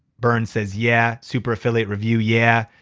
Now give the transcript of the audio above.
byrne says, yeah. super affiliate review, yeah.